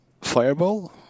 fireball